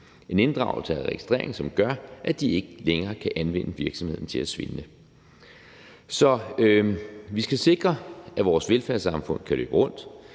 En inddragelse af registrering gør, at de ikke længere kan anvende virksomheden til at svindle. Så vi skal sikre, at vores velfærdssamfund kan løbe rundt.